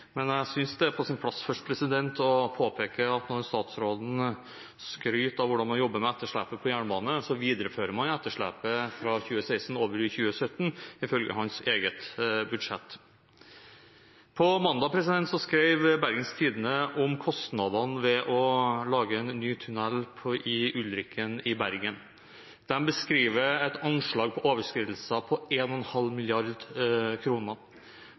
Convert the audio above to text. sin plass først å påpeke at når statsråden skryter av hvordan man jobber med etterslepet på jernbanen, viderefører man etterslepet fra 2016 over i 2017, ifølge hans eget budsjett. På mandag skrev Bergens Tidende om kostnadene ved å lage en ny tunnel i Ulriken i Bergen. De beskriver et anslag på overskridelser på